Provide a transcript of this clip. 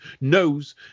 knows